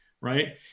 right